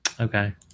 Okay